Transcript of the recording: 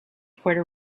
puerto